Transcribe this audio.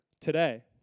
today